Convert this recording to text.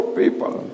people